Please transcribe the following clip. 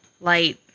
light